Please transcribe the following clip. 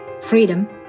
freedom